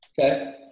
Okay